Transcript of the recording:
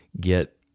get –